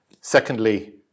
Secondly